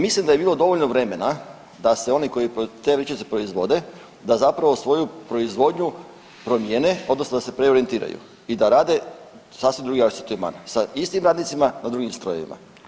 Mislim da je bilo dovoljno vremena da se oni koji te vrećice proizvode da zapravo svoju proizvodnju promijene odnosno da se preorijentiraju i da rade sasvim drugi asortiman sa istim radnicima na drugim strojevima.